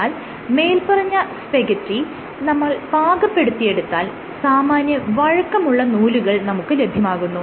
എന്നാൽ മേല്പറഞ്ഞ സ്പാഗെറ്റി നമ്മൾ പാകപ്പെടുത്തിയെടുത്താൽ സാമാന്യം വഴക്കമുള്ള നൂലുകൾ നമുക്ക് ലഭ്യമാകുന്നു